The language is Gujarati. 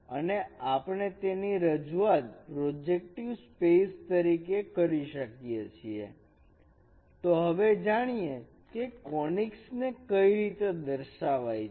અને આપણે તેની રજૂઆત પ્રોજેક્ટિવ સ્પેસ તરીકે કરી શકીએ છીએ તો હવે જાણીએ કે કોનીક્સ ને કઈ રીતે દર્શાવાઈ છે